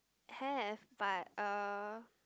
have but uh